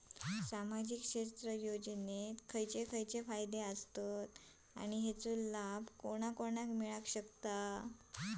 सामजिक क्षेत्र योजनेत काय काय फायदे आसत आणि हेचो लाभ कोणा कोणाक गावतलो?